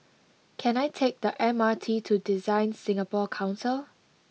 can I take the M R T to DesignSingapore Council